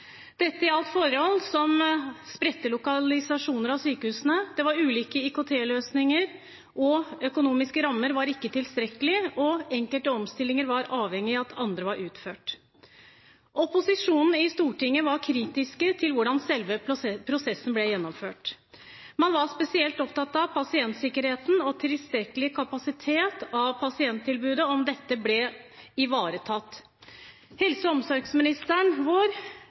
forhold som spredte lokalisasjoner av sykehusene, ulike IKT-løsninger, ikke tilstrekkelige økonomiske rammer og at enkelte omstillinger var avhengige av at andre var utført. Opposisjonen i Stortinget var kritisk til hvordan selve prosessen ble gjennomført. Man var spesielt opptatt av om pasientsikkerheten og tilstrekkelig kapasitet i pasienttilbudet ble ivaretatt. Helse- og